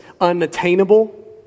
unattainable